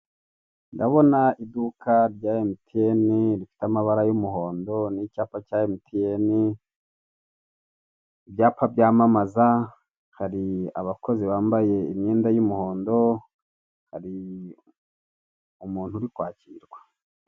Ndabona iduka rya MTN rifite amabara y'umuhondo n'icyapa cya MTN; ibyapa byamamaza, hari abakozi bambaye imyenda y'umuhondo, hari umuntu uri kwakirwa.